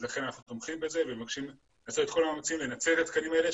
לכן אנחנו תומכים בזה ומבקשים לעשות את כל המאמצים לנצל את התקנים האלה.